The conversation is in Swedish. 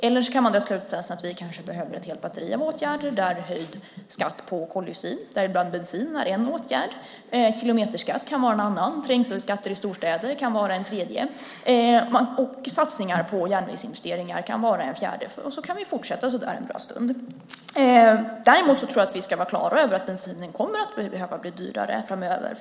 Eller så kan man dra slutsatsen att vi kanske behöver ett helt batteri av åtgärder där höjd skatt på koldioxid, däribland bensin, är en åtgärd. Kilometerskatt kan vara en annan. Trängselskatter i storstäder kan vara en tredje. Satsningar på järnvägsinvesteringar kan vara en fjärde. Och så kan vi fortsätta en bra stund. Jag tror att vi ska vara klara över att bensinen kommer att behöva bli dyrare framöver.